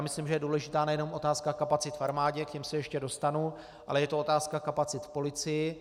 Myslím, že je důležitá nejenom otázka kapacit v armádě, k těm se ještě dostanu, ale je to otázka kapacit v policii.